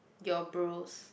your bros